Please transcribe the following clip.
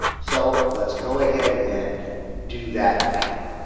so let's go ahead and do that now.